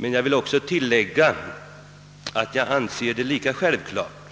Men jag vill tillägga att jag anser det lika självklart